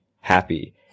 happy